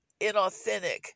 inauthentic